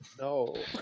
No